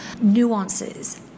nuances